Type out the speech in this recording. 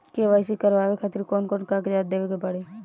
KYC करवावे खातिर कौन कौन कागजात देवे के पड़ी?